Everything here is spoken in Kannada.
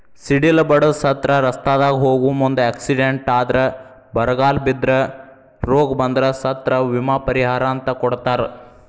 ಸಿಡಿಲ ಬಡದ ಸತ್ರ ರಸ್ತಾದಾಗ ಹೋಗು ಮುಂದ ಎಕ್ಸಿಡೆಂಟ್ ಆದ್ರ ಬರಗಾಲ ಬಿದ್ರ ರೋಗ ಬಂದ್ರ ಸತ್ರ ವಿಮಾ ಪರಿಹಾರ ಅಂತ ಕೊಡತಾರ